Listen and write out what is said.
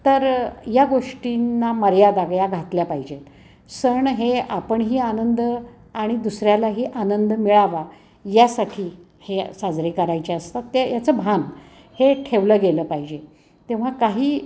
तर या गोष्टींना मर्यादा ह्या घातल्या पाहिजेत सण हे आपणही आनंद आणि दुसऱ्यालाही आनंद मिळावा यासाठी हे साजरे करायचे असतात ते याचं भान हे ठेवलं गेलं पाहिजे तेव्हा काही